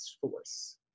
force